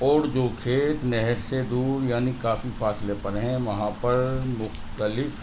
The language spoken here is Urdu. اور جو کھیت نہر سے دور یعنی کافی فاصلے پر ہیں وہاں پر مختلف